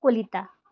Kalita